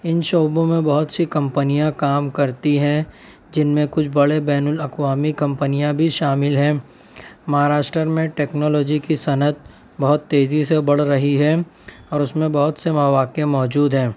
ان شعبوں میں بہت سی کمپنیاں کام کرتی ہیں جن میں کچھ بڑے بین الاقوامی کمپنیاں بھی شامل ہیں مہاراشٹر میں ٹکنالوجی کی صنعت بہت تیزی سے بڑھ رہی ہے اور اس میں بہت سے مواقع موجود ہیں